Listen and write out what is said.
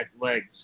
legs